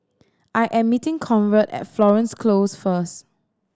I am meeting Conrad at Florence Close first